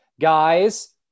guys